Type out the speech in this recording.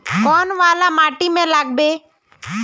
कौन वाला माटी में लागबे?